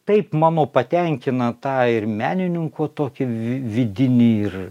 taip mano patenkina tą ir menininko tokį vi vidinį ir